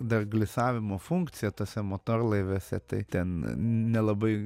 dar glisavimo funkcija tuose motorlaiviuose tai ten nelabai